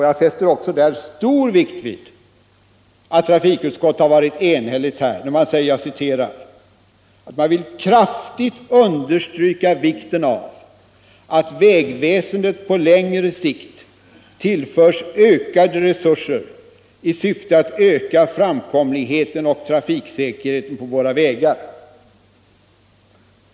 Jag fäster stor vikt vid att trafikutskottet är enhälligt när man säger att man vill ”kraftigt understryka vikten av att vägväsendet på längre sikt tillförs ökade resurser i syfte att öka framkomligheten och trafiksäkerheten på våra vägar”.